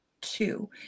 Two